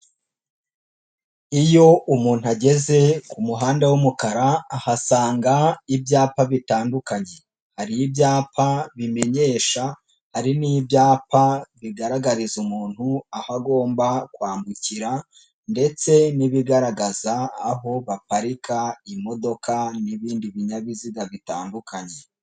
Iyo umuntu ageze ku muhanda w'umukara ahasanga ibyapa bitandukanye, hari ibyapa bimenyesha, hari n'ibyapa bigaragariza umuntu aho agomba kwambukira ndetse n'ibigaragaza aho baparika imodoka n'ibindi binyabiziga bitandukanye.